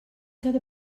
cada